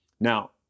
Now